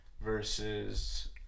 versus